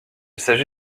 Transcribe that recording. s’agit